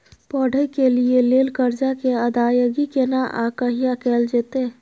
पढै के लिए लेल कर्जा के अदायगी केना आ कहिया कैल जेतै?